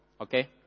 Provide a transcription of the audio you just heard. Okay